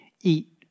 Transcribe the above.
eat